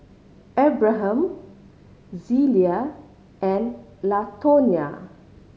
Abraham Zelia and Latonya